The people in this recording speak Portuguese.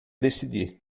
decidir